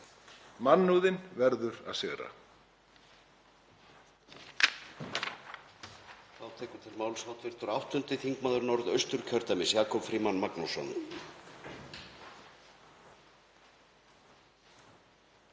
Mannúðin verður að sigra.